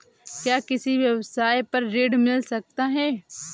क्या किसी व्यवसाय पर ऋण मिल सकता है?